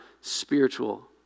spiritual